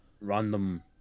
random